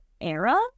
era